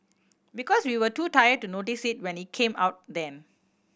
because we were too tired to notice it when it came out then